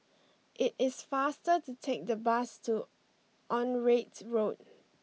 it is faster to take the bus to Onraet Road